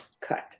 Cut